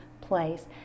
place